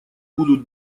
будут